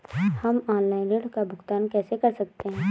हम ऑनलाइन ऋण का भुगतान कैसे कर सकते हैं?